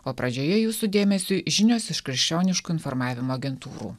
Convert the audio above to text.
o pradžioje jūsų dėmesiui žinios iš krikščioniško informavimo agentūrų